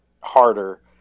harder